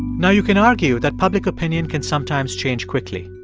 now, you can argue that public opinion can sometimes change quickly?